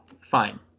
fine